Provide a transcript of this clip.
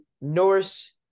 Norse